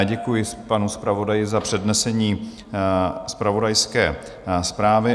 Děkuji panu zpravodaji za přednesení zpravodajské zprávy.